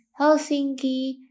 Helsinki